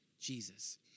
Jesus